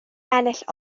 ennill